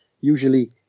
usually